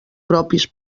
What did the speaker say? propis